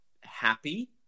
happy